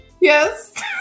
Yes